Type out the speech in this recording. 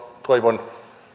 toivon